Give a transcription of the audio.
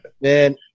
Man